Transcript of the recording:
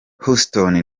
houston